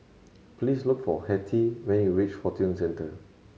please look for Hettie when you reach Fortune Centre